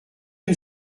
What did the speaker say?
une